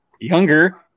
younger